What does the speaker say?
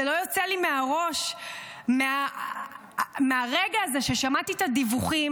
וזה לא יצא לי מהראש מהרגע הזה ששמעתי את הדיווחים,